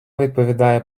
відповідає